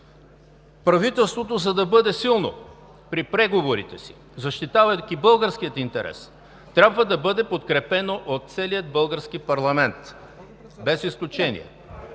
Правителството, за да бъде силно при преговорите си, защитавайки българския интерес, трябва да бъде подкрепено от целия български парламент, без изключение!